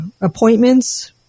appointments